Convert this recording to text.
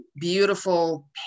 beautiful